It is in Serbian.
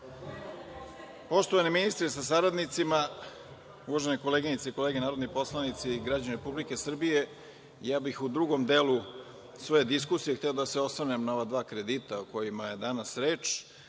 ministre sa saradnicima, uvažene koleginice i kolege narodni poslanici, građani Republike Srbije, ja bih u drugom delu svoje diskusije hteo da se osvrnem na ova dva kredita o kojima je danas reč,